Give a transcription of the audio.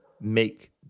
make